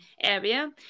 area